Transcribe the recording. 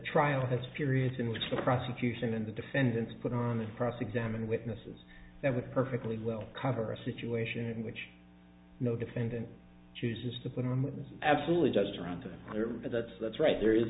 trial had serious in which the prosecution and the defendants put on the cross examine witnesses that would perfectly well cover a situation in which no defendant chooses to put on witness absolutely just around there but that's that's right there is